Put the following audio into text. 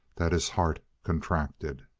that his heart contracted.